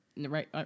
Right